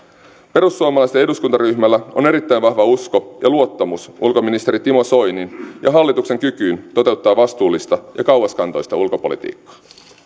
perussuomalaisten eduskuntaryhmällä on erittäin vahva usko ja luottamus ulkoministeri timo soinin ja hallituksen kykyyn toteuttaa vastuullista ja kauaskantoista ulkopolitiikkaa